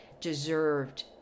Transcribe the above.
deserved